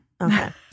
Okay